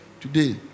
today